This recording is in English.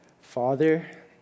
Father